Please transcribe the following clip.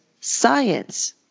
science